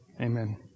Amen